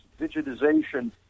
digitization